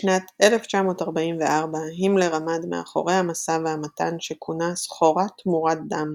בשנת 1944 הימלר עמד מאחורי המשא והמתן שכונה סחורה תמורת דם,